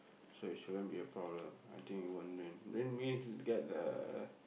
so it shouldn't be a problem I think it won't rain rain means get the